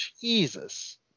Jesus